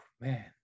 man